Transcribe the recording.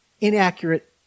inaccurate